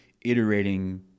iterating